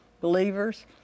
believers